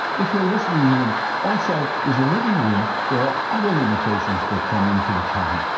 if your listening room also is the living room, there are other limitations that come into account.